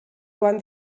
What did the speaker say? joan